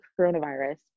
coronavirus